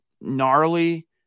gnarly